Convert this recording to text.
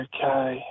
Okay